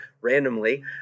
randomly